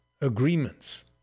agreements